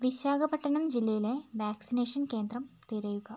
വിശാഖപട്ടണം ജില്ലയിലെ വാക്സിനേഷൻ കേന്ദ്രം തിരയുക